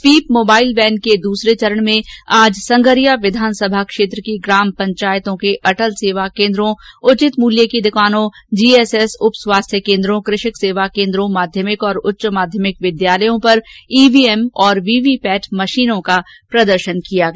SVEEP mobile van के दूसरे चरण में आज संगरिया विधानसभा क्षेत्र की ग्राम पंचायतों के अटल सेवा केन्द्रों उचित मूल्य की दुकानों जीएसएस उप स्वास्थ्य केन्द्रों कृषक सेवा केन्द्रों माध्यमिक और उच्च माध्यमिक विद्यालयों पर ईवीएम और वीवीपैट मशीनों का प्रदर्शन किया गया